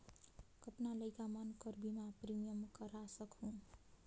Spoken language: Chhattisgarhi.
कतना लइका मन कर बीमा प्रीमियम करा सकहुं?